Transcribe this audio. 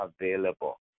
available